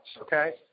okay